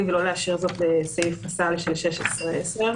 ולא להשאיר זאת לסעיף הסל של 16 (א)(10).